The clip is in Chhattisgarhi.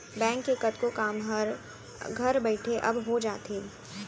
बेंक के कतको काम हर घर बइठे अब हो जाथे